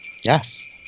Yes